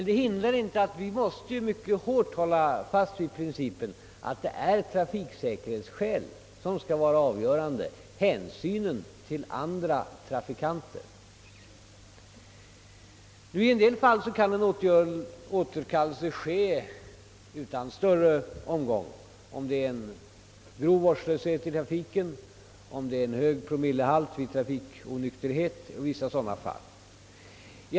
Detta hindrar dock inte att vi måste mycket hårt hålla fast vid principen att trafiksäkerhetsskälen och hänsynen till andra trafikanter skall vara avgörande. I en del fall kan en återkallelse ske utan större omgång, om det t.ex. gäller grov vårdslöshet i trafiken, hög promillehalt vid trafikonykterhet och vissa dylika fall.